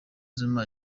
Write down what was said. zuma